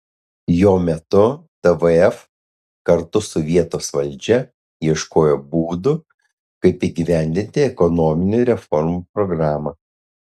jo metu tvf kartu su vietos valdžia ieškojo būdų kaip įgyvendinti ekonominių reformų programą